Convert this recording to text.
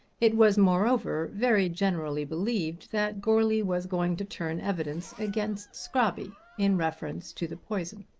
it was moreover very generally believed that goarly was going to turn evidence against scrobby in reference to the poison.